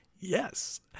Yes